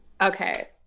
okay